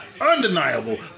undeniable